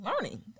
learning